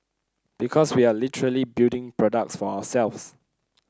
because we are literally building products for ourselves